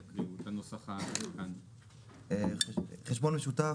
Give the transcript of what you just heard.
הצבעה סעיף 85(41) אושר לגבי סעיף 42 "חשבון משותף"